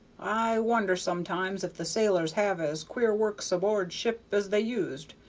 i wonder sometimes if the sailors have as queer works aboard ship as they used.